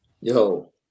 Yo